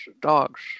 dogs